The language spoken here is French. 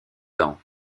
dents